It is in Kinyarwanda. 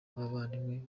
nk’abavandimwe